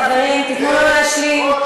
חברים, תנו לו להשלים.